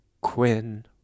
Quinn